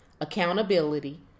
accountability